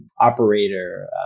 operator